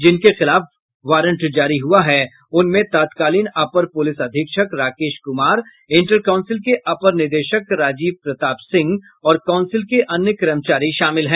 जिनके खिलाफ वारंट जारी हुआ है उनमें तत्कालीन अपर प्रलिस अधीक्षक राकेश कुमार इंटर कांउसिल के अपर निदेशक राजीव प्रताप सिंह और कांउसिल के अन्य कर्मचारी शामिल हैं